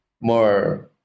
More